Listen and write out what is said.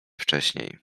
wcześniej